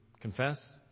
confess